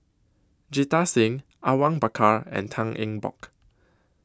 Jita Singh Awang Bakar and Tan Eng Bock